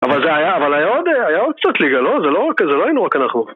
אבל זה היה, אבל היה עוד, היה עוד קצת ליגה, לא? זה לא רק, זה לא היינו רק אנחנו.